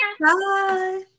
Bye